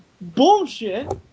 bullshit